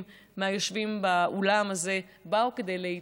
מהיושבים באולם הזה באו כדי להיטיב,